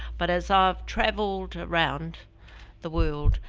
but as ah i've traveled around the world,